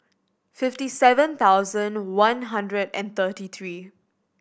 fifty seven thousand one hundred and thirty three